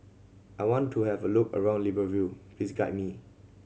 I want to have a look around Libreville please guide me